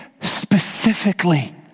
specifically